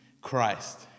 Christ